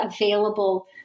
available